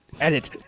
edit